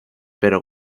pero